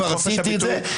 כבר עשיתי את זה,